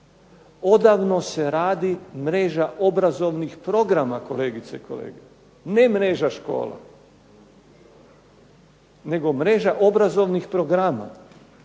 Odavno se radi mreža obrazovnih programa, kolegice i kolege. Ne mreža škola nego mreža obrazovnih programa.